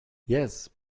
yes